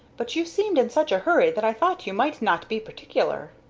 but you seemed in such a hurry that i thought you might not be particular.